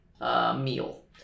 meal